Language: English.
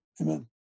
Amen